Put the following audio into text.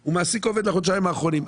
הוא מעסיק עובד בחודשיים האחרונים,